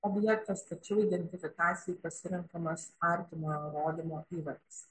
objektas tačiau identifikacijai pasirenkamas artimojo rodymo įvardis